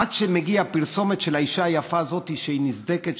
עד שמגיעה הפרסומת של האישה היפה הזאת שהיא נסדקת,